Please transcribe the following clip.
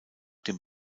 dem